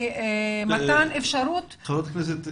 היא מתן אפשרות --- חברת הכנסת,